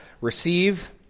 receive